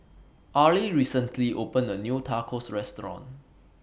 Arely recently opened A New Tacos Restaurant